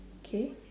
K